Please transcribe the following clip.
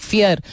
Fear